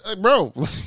bro